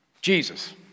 Jesus